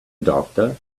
doctor